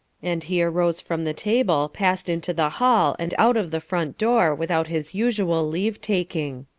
and he arose from the table, passed into the hall and out of the front door without his usual leave-taking.